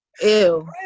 Ew